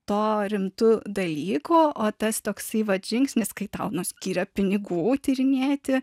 to rimtu dalyku o tas toksai vat žingsnis kai tau nu skyria pinigų tyrinėti